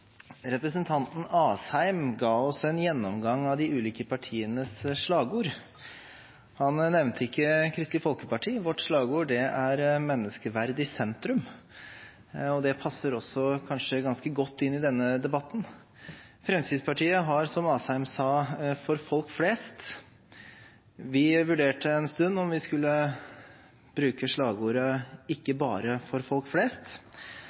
Representanten Asheim ga oss en gjennomgang av de ulike partienes slagord. Han nevnte ikke Kristelig Folkeparti. Vårt slagord er «Menneskeverd i sentrum», og det passer også ganske godt inn i denne debatten. Fremskrittspartiet har, som Asheim sa, «For folk flest». Vi vurderte en stund om vi skulle bruke slagordet «Ikke bare for folk flest»,